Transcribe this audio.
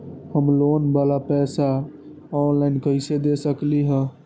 हम लोन वाला पैसा ऑनलाइन कईसे दे सकेलि ह?